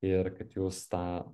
ir kad jūs tą